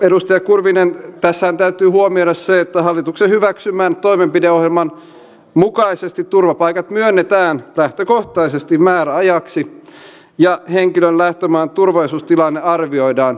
edustaja kurvinen tässähän täytyy huomioida se että hallituksen hyväksymän toimenpideohjelman mukaisesti turvapaikat myönnetään lähtökohtaisesti määräajaksi ja henkilön lähtömaan turvallisuustilanne arvioidaan säännöllisesti